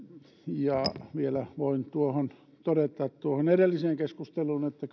vielä voin tuohon edelliseen keskusteluun todeta että